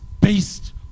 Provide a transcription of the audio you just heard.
based